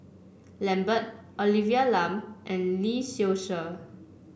Lambert Olivia Lum and Lee Seow Ser